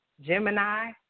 Gemini